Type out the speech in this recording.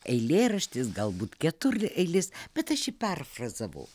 eilėraštis galbūt ketureilis bet aš jį perfrazavau